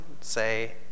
say